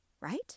Right